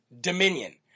Dominion